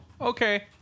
okay